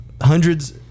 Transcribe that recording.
hundreds